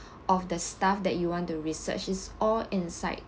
of the stuff that you want to research is all inside